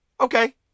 Okay